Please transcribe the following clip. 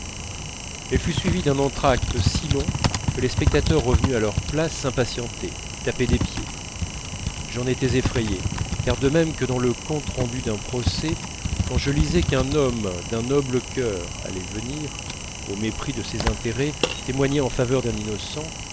elle fut suivie d'un entr'acte si long que les spectateurs revenus à leurs places s'impatientaient tapaient des pieds j'en étais effrayé car de même que dans le compte rendu d'un procès quand je lisais qu'un homme d'un noble cœur allait venir au mépris de ses intérêts témoigner en faveur d'un innocent